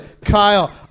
Kyle